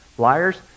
liars